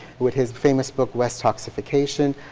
with his famous book westoxification.